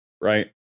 right